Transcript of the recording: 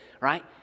right